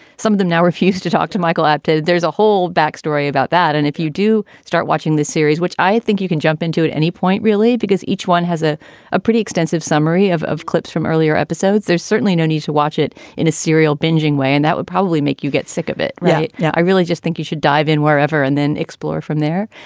some of them now refuse to talk to michael apted. there's a whole backstory about that. and if you do start watching this series, which i think you can jump into at any point, really, because each one has ah a pretty extensive summary of of clips from earlier episodes, there's certainly no need to watch it in a serial bingeing way. and that would probably make you get sick of it. right now, i really just think you should dive in wherever and then explore from there.